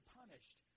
punished